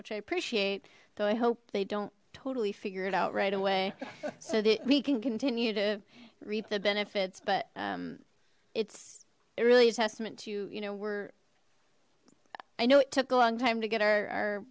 which i appreciate though i hope they don't totally figure it out right away so that we can continue to reap the benefits but it's a really a testament to you know we're i know it took a long time to get our